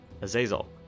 Azazel